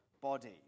body